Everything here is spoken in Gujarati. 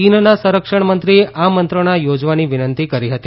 ચીનના સંરક્ષણ મંત્રીએ આ મંત્રણા યોજવાની વિનંતી કરી હતી